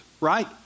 right